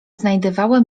znajdywałem